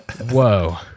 whoa